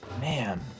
Man